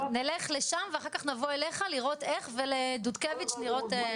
נלך לשם ואחר כך נבוא אליך לראות איך ולדודקביץ לראות.